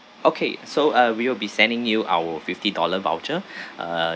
okay so uh we will be sending you our fifty dollar voucher uh